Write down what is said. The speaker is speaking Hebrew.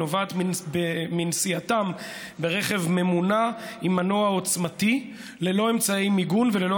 הנובעת מנסיעתם ברכב ממונע עם מנוע עוצמתי ללא אמצעי מיגון וללא